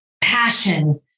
passion